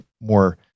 more